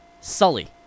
Sully